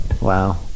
wow